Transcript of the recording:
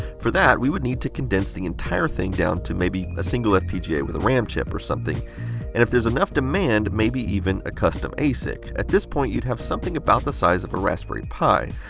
for that, we would need to condense the entire thing down to maybe a single fpga with a ram chip or something. and if there is enough demand, maybe even a custom asic. at this point you'd have something about the size of a raspberry pi.